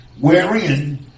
wherein